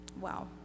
Wow